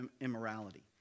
immorality